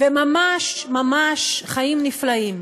וממש ממש חיים נפלאים,